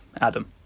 Adam